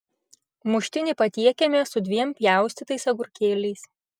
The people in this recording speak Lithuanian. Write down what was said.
muštinį patiekiame su dviem pjaustytais agurkėliais